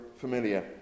familiar